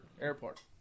airport